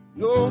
no